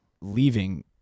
leaving